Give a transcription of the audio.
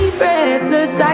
breathless